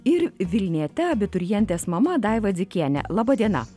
ir vilniete abiturientės mama daiva dzikiene laba diena